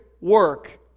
work